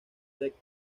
sets